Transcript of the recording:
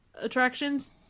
attractions